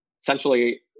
Essentially